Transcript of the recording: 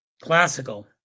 classical